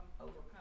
overcome